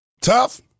Tough